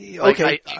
Okay